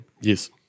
Yes